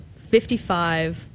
55